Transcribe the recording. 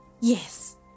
Yes